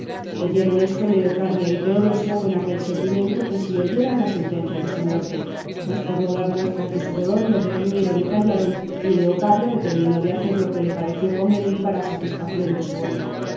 oyeron esto leocadia y teodosia con aquel sentimiento que si oyeran la sentencia de su muerte mas por no dar muestras de su dolor le reprimieron y callaron y leocadia determinó de hacer lo que le pareció convenir para satisfación de su honra